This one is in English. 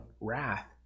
wrath